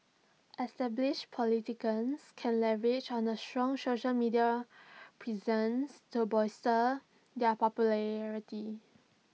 established politicians can leverage on A strong social media presence to bolster their popularity